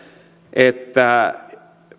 että